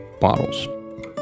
bottles